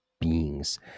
beings